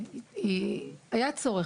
עכשיו צריך